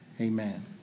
amen